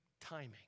Timing